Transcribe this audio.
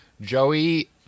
Joey